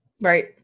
Right